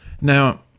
Now